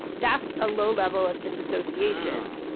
that's a low level of disassociation. ah.